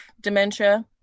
dementia